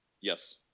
Yes